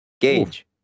Gage